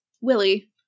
Willie